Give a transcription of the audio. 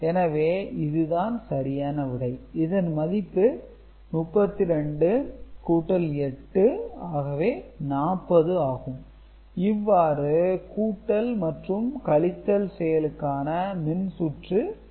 எனவே இதுதான் சரியான விடை இதன் மதிப்பு 32 கூட்டல் 8 ஆகவே 40 ஆகும் இவ்வாறு கூட்டல் மற்றும் கழித்தல் செயலுக்கான மின்சுற்று செயல்படுகிறது